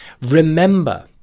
remember